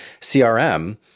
CRM